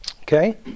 Okay